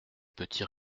petits